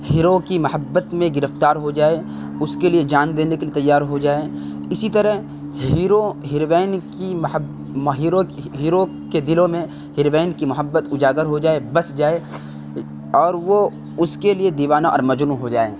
hero کی محبت میں گرفتار ہو جائے اس کے لیے جان دینے کے لیے تیار ہو جائے اسی طرح ہیرو ہروین کی ہیرو ہیرو کے دلوں میں ہروین کی محبت اجاگر ہو جائے بس جائے اور وہ اس کے لیے دیوانہ اور مجنوں ہو جائے